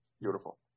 Beautiful